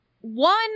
one